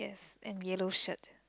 and yellow shirt